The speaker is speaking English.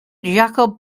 jakob